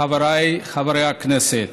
חבריי חברי הכנסת,